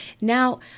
Now